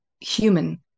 human